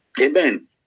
amen